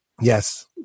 yes